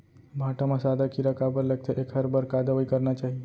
भांटा म सादा कीरा काबर लगथे एखर बर का दवई करना चाही?